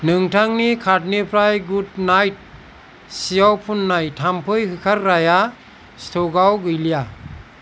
नोंथांनि कार्टनिफ्राय good night सिआव फुन्नाय थामफै होखारग्राया स्टकआव गैलिया